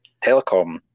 telecom